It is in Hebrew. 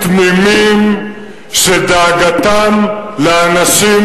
אנחנו לא עוסקים פה במשט של אנשים תמימים שדאגתם לאנשים בעזה.